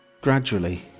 Gradually